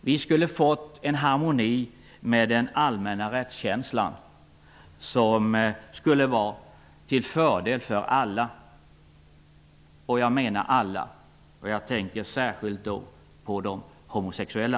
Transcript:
Vi skulle ha fått en harmoni med den allmänna rättskänslan som skulle vara till fördel för alla -- och jag menar alla. Jag tänker då särskilt på de homosexuella.